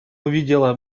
увидела